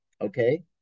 Okay